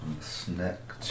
snack